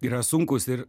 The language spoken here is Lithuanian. yra sunkus ir